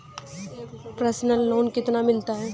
Personal loan कितना मिलता है?